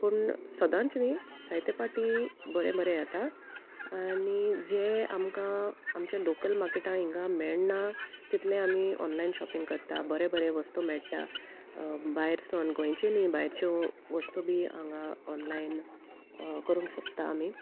पूण सदोंच न्ही जायत्या पाटी बरें बरें येता आनी जे आमकां आमच्या लॉकल मार्केटां हिंगा मेळना तितलें आमी ऑनलायन शॉपिंग करता बरें बरें वस्तू मेळटा भायरसोन गोंयची न्ही भायरच्यो वस्तू बी हांगा ऑनलायन करूंक शकता आमी